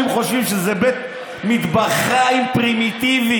חושבים שזה בית מטבחיים פרימיטיבי.